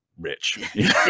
rich